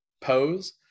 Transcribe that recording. pose